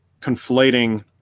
conflating